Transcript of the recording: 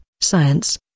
science